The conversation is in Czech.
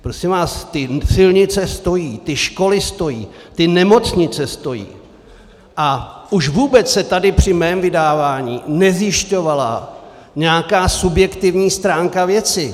Prosím vás, ty silnice stojí, ty školy stojí, ty nemocnice stojí, a už vůbec se tady při mém vydávání nezjišťovala nějaká subjektivní stránka věci.